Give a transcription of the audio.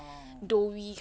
orh